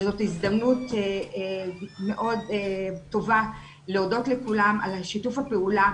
וזאת הזדמנות מאוד טובה להודות לכולם על שיתוף הפעולה